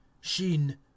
Sheen